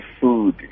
food